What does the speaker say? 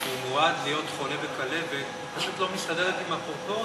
הוא מועד להיות חולה בכלבת פשוט לא מסתדרת עם הפרופורציות.